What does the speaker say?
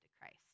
Christ